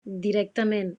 directament